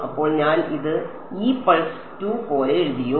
അപ്പോൾ ഞാൻ ഇത് ഈ പൾസ് 2 പോലെ എഴുതിയോ